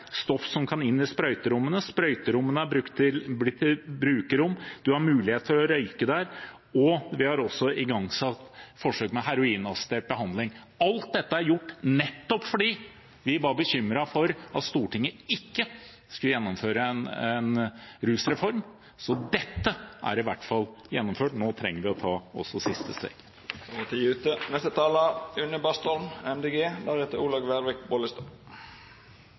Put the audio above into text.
stoff som kan komme inn i sprøyterommene, sprøyterommene er blitt til brukerrom, og man har mulighet til å røyke der. Vi har også igangsatt forsøk med heroinassistert behandling. Alt dette er gjort nettopp fordi vi var bekymret for at Stortinget ikke skulle gjennomføre en rusreform , så dette er i hvert fall gjennomført. Nå trenger vi å ta også siste